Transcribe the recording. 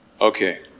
Okay